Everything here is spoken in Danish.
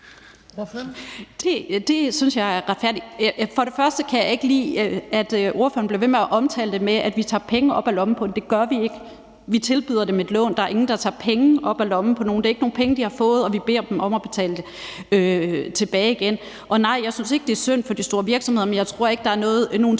Det synes jeg er retfærdigt. For det første kan jeg ikke lide, at ordføreren bliver ved med at omtale det, som at vi tager penge op af lommen på dem. Det gør vi ikke. Vi tilbyder dem et lån. Der er ingen, der tager penge op af lommen på nogen. Det er ikke nogle penge, de har fået, som vi beder dem om at betale tilbage igen. Nej, jeg synes ikke, det er synd for de store virksomheder, men jeg tror ikke, der er nogen tvivl